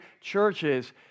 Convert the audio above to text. churches